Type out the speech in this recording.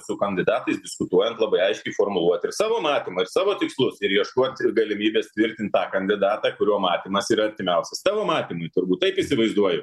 su kandidatais diskutuojant labai aiškiai formuluot ir savo matymą ir savo tikslus ir ieškoti galimybės tvirtint tą kandidatą kurio matymas yra artimiausius tavo matymui turbūt taip įsivaizduoju